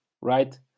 right